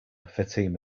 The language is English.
fatima